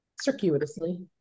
Circuitously